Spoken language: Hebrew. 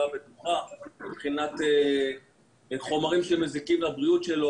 בטוחה מבחינת חומרים שמזיקים לבריאות שלו,